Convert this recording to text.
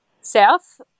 south